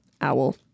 owl